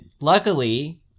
Luckily